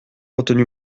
retenu